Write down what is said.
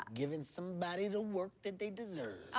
givin' somebody the work that they deserve.